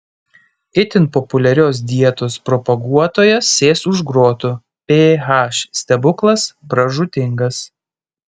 itin populiarios dietos propaguotojas sės už grotų ph stebuklas pražūtingas